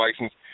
license